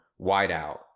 wideout